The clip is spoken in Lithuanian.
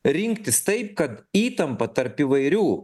rinktis taip kad įtampa tarp įvairių